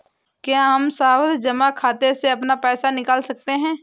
क्या हम सावधि जमा खाते से अपना पैसा निकाल सकते हैं?